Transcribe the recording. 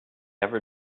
ever